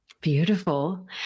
Beautiful